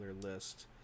list